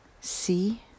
See